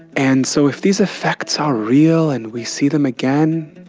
and so if these effects are real and we see them again,